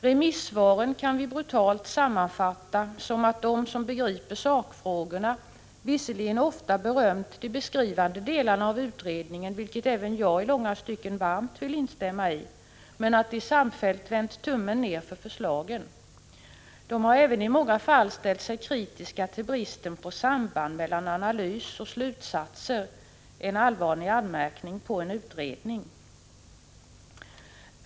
Remissvaren kan brutalt sammanfattas så att de som begriper sakfrågorna visserligen ofta har berömt de beskrivande delarna av utredningen, vilket även jag i långa stycken varmt vill instämma i, men att de samfällt har vänt tummen ner för förslagen. De har även i många fall ställt sig kritiska till bristen på samband mellan analys och slutsatser; en allvarlig anmärkning på en utredning.